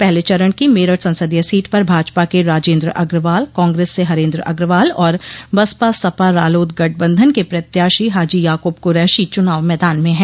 पहले चरण की मेरठ संसदीय सीट पर भाजपा के राजेन्द्र अग्रवाल कांग्रेस से हरेन्द्र अग्रवाल और बसपा सपा रालोद गठबंधन के प्रत्याशी हाजी याकूब कुरैशी चुनाव मैदान में हैं